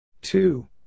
Two